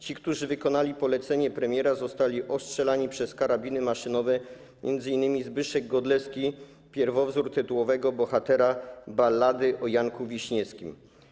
Ci, którzy wykonali polecenie premiera, zostali ostrzelani z karabinów maszynowych, m.in. Zbyszek Godlewski, pierwowzór tytułowego bohatera „Ballady o Janku Wiśniewskim”